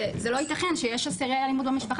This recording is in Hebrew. שזה לא ייתכן שיש אסירי אלימות במשפחה